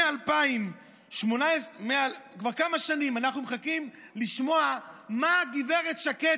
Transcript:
מ-2018 כבר כמה שנים אנחנו מחכים לשמוע מגב' שקד,